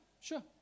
sure